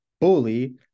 Bully